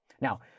Now